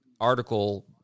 article